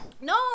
No